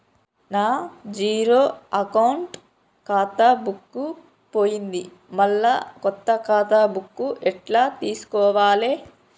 నా zero account ఖాతా book పోయింది మళ్ళా కొత్త ఖాతా బుక్కు ఎట్ల తీసుకోవాలే?